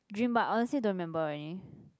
dream but I honestly don't remember already